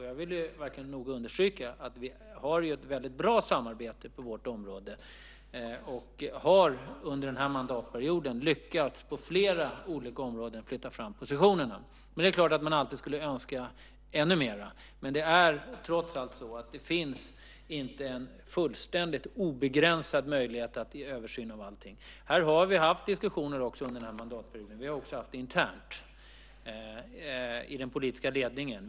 Jag vill noga understryka att vi har ett väldigt bra samarbete på vårt område. Vi har under den här mandatperioden på flera olika områden lyckats flytta fram positionerna. Det är klart att man alltid skulle önska ännu mer. Men det finns trots allt inte en fullständigt obegränsad möjlighet att göra en översyn av allting. Vi har haft diskussioner under den här mandatperioden. Vi har också haft det internt i den politiska ledningen.